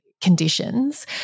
conditions